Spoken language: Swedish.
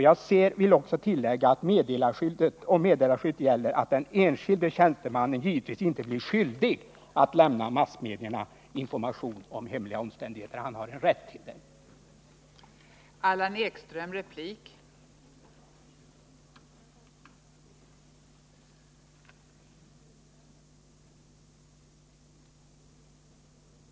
Jag vill också tillägga att meddelarskyddet givetvis inte innebär att den enskilde tjänstemannen blir skyldig att lämna massmedierna information om hemliga omständigheter, bara att han har rätt att göra det.